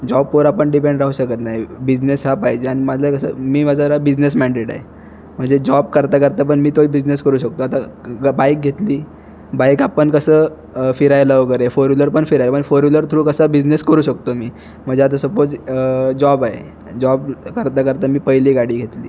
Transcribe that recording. जॉपवर आपण डिपेंड राहू शकत नाही बिजनेस हा पाहिजे आणि मला कसं मी मग जरा बिजनेस मॅनडेड आहे म्हणजे जॉब करता करता पण मी तो बिजनेस करू शकतो आता कसं गं बाईक घेतली बाईक आपण कसं फिरायला वगैरे फोर विलर पण फिरायला पण फोर विलर थ्रू कसं बिजनेस करू शकतो मी म्हणजे आता सपोज जॉब आहे जॉब करता करता मी पहिले गाडी घेतली